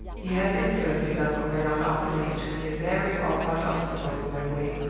he has influence enough over young armadale to be a very awkward obstacle in my way,